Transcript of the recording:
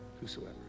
whosoever